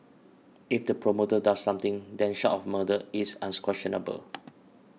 if the promoter does something then short of murder it's unquestionable